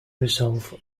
resolve